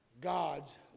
God's